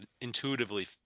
intuitively